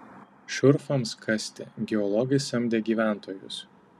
šurfams kasti geologai samdė gyventojus